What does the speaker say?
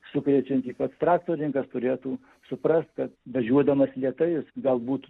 sukrečiantį pats traktorininkas turėtų suprast kad važiuodamas lėtai jis galbūt